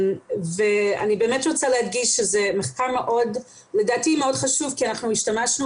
אני רוצה להדגיש שזה מחקר שלדעתי הוא מאוד חשוב כי אנחנו השתמשנו